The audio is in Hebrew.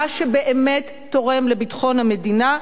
מה שבאמת תורם לביטחון המדינה,